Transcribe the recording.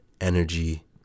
energy